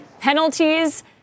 penalties